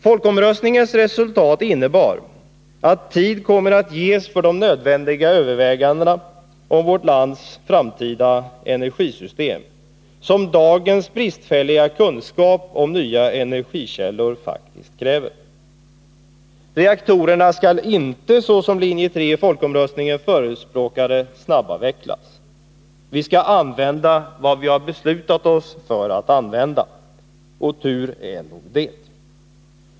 Folkomröstningens resultat innebar att tid kommer att ges för de nödvändiga övervägandena om vårt lands framtida energisystem som dagens bristfälliga kunskap om nya energikällor faktiskt kräver. Reaktorerna skall inte, såsom linje 3 i folkomröstningen förespråkade, snabbavvecklas. Vi skall använda vad vi beslutat oss för att använda, och tur är nog det.